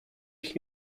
ich